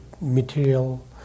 material